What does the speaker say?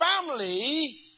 family